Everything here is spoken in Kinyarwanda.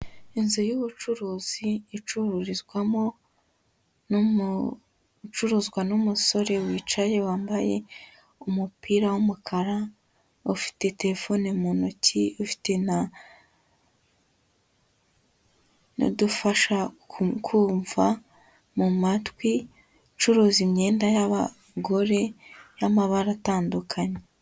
Inzu y'ubucuruzi icururizwamo n'umucuruzwa n'umusore, wicaye wambaye umupira w'umukara, ufite telefone mu ntoki, ufite n'udufashakumva mu matwi, ucururuza imyenda y'abagore y'amabara atandukanye.